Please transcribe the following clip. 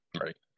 right